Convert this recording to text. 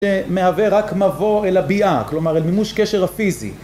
שמהווה רק מבוא אל הביעה, כלומר אל מימוש קשר הפיזי.